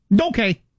Okay